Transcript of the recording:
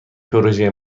پروژه